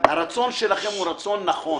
הרצון שלכם הוא רצון נכון.